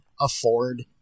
afford